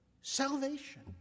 salvation